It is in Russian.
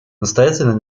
настоятельно